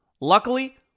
Luckily